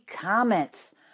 comments